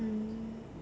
mm